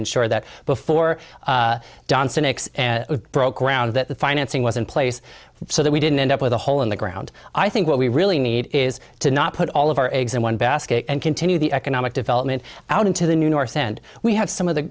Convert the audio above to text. ensure that before don cynic's broke around that the financing was in place so that we didn't end up with a hole in the ground i think what we really need is to not put all of our eggs in one basket and continue the economic development out into the north and we have some of the